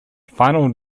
final